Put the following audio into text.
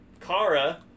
Kara